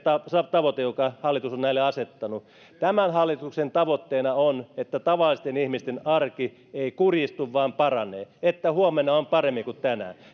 tavoite jonka hallitus on näille asettanut tämän hallituksen tavoitteena on että tavallisten ihmisten arki ei kurjistu vaan paranee että huomenna on paremmin kuin tänään